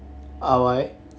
ah why